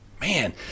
Man